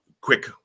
quick